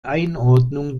einordnung